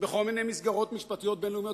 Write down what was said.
בכל מיני מסגרות משפטיות בין-לאומיות,